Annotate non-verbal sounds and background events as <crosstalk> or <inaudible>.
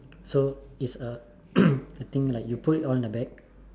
so it's a <coughs> I think like you put it on a bag